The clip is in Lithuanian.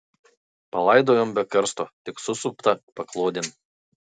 palaidojom be karsto tik susuptą paklodėn